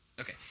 Okay